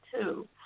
two